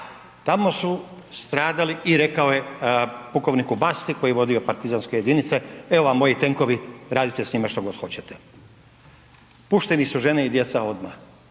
tamo su stradali. I rekao je pukovniku BAsti koji je vodio partizanske jedinice, evo vam moji tenkovi radite s njima što god hoćete. Pušteni su žene i djeca odmah.